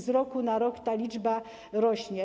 Z roku na rok ta liczba rośnie.